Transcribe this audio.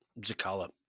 Zakala